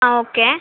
ആ ഓക്കെ